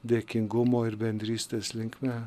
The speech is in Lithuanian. dėkingumo ir bendrystės linkme